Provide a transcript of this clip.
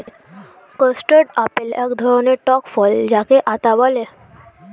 custard apple এক ধরণের টক ফল যাকে আতা বলে